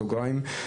בסוגריים.